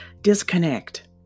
disconnect